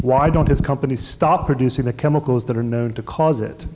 why don't his companies stop producing the chemicals that are known to cause it